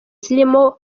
zirimo